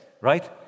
right